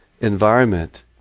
environment